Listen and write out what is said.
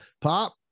pop